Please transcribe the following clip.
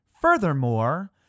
Furthermore